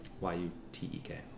Y-U-T-E-K